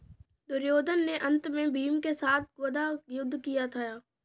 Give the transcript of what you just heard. दुर्योधन ने अन्त में भीम के साथ गदा युद्ध किया था